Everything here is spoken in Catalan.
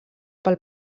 pel